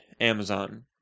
Amazon